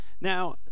Now